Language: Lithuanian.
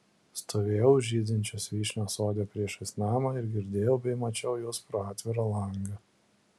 stovėjau už žydinčios vyšnios sode priešais namą ir girdėjau bei mačiau juos pro atvirą langą